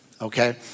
Okay